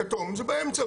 כתום זה באמצע,